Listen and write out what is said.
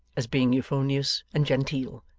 as being euphonious and genteel,